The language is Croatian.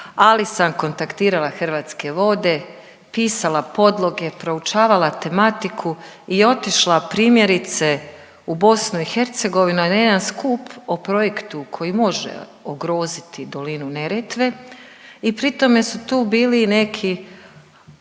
ali sam kontaktirala Hrvatske vode, pisala podloge, proučavala tematiku i otišla primjerice u BIH na jedan skup o projektu koji može ugroziti dolinu Neretve i pri tome su tu bili neki